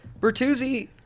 Bertuzzi